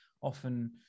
often